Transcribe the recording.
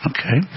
Okay